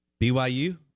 BYU